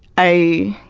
i